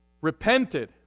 repented